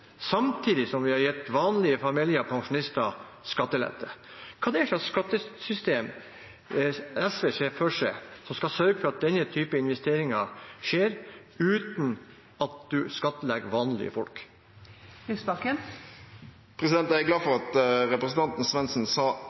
samtidig som vi har gitt vanlige familier og pensjonister skattelette. Hva slags skattesystem er det SV ser for seg skal sørge for at denne typen investeringer skjer, uten at en skattlegger vanlige folk? Jeg er glad for at representanten Svendsen sa